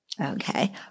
Okay